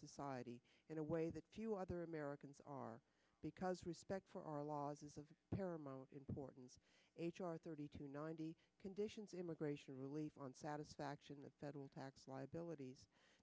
society in a way that few other americans are because respect for our laws is of paramount importance h r thirty two ninety conditions immigration relief on satisfaction the federal tax liability